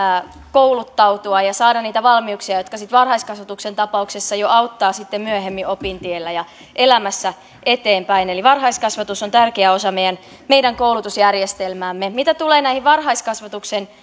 kouluttautua ja saada niitä valmiuksia jotka sitten varhaiskasvatuksen tapauksessa jo auttavat sitten myöhemmin opintiellä ja elämässä eteenpäin eli varhaiskasvatus on tärkeä osa meidän koulutusjärjestelmäämme mitä tulee näihin varhaiskasvatuksen